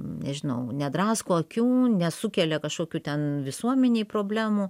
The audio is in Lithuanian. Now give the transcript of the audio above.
nežinau nedrasko akių nesukelia kažkokių ten visuomenei problemų